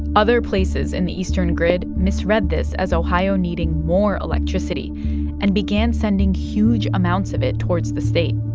other places in the eastern grid misread this as ohio needing more electricity and began sending huge amounts of it towards the state.